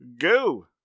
go